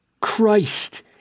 Christ